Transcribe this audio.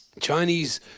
Chinese